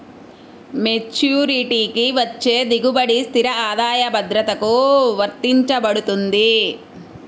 మెచ్యూరిటీకి వచ్చే దిగుబడి స్థిర ఆదాయ భద్రతకు వర్తించబడుతుంది